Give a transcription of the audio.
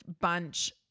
bunch